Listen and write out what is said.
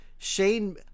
Shane